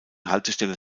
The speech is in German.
haltestelle